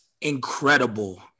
incredible